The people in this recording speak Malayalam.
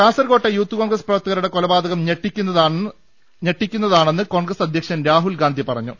കാസർകോട്ടെ യൂത്ത് കോൺഗ്രസ് പ്രവർത്തകരുടെ കൊലപാതകം ഞെട്ടിക്കുന്നതാണെന്ന് കോൺഗ്രസ് അധൃക്ഷൻ രാഹുൽ ഗാന്ധി പറഞ്ഞു